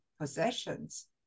possessions